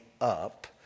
up